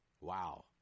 Wow